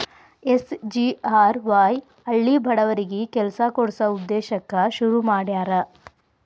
SGRY ಹಳ್ಳಿ ಬಡವರಿಗಿ ಕೆಲ್ಸ ಕೊಡ್ಸ ಉದ್ದೇಶಕ್ಕ ಶುರು ಮಾಡ್ಯಾರ